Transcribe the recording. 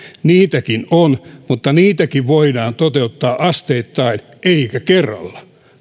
niitäkin on mutta niitäkin voidaan toteuttaa asteittain eikä kerralla